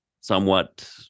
somewhat